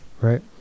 Right